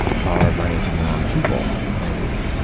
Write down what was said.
borrowed money from the wrong people. oh.